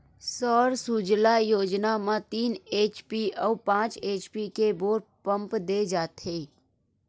सौर सूजला योजना म तीन एच.पी अउ पाँच एच.पी के बोर पंप दे जाथेय